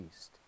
East